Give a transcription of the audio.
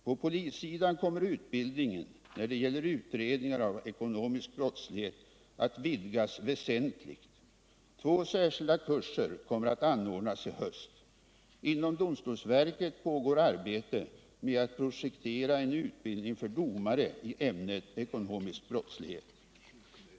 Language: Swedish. På polissidan kommer utbild Nr 148 ningen när det gäller utredningar av ekonomisk brottslighet att vidgas väsentligt. Två särskilda kurser kommer att anordnas i höst. Inom domstolsverket pågår arbete med att projektera en utbildning för domare i ämnet ekonomisk brottslighet.